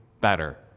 better